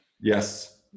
Yes